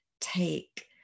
take